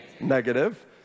negative